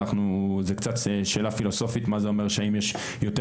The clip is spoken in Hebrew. זו קצת שאלה פילוסופית מה זה אומר שהאם יש יותר